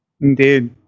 indeed